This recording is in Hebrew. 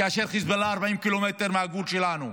כאשר חיזבאללה 40 ק"מ מהגבול שלנו.